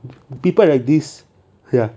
people are like this ya